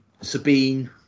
sabine